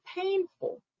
painful